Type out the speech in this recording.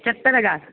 पंजहतरि हज़ार